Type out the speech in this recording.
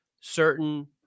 certain